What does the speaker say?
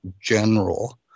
general